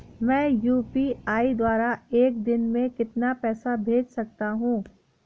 मैं यू.पी.आई द्वारा एक दिन में कितना पैसा भेज सकता हूँ?